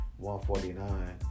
149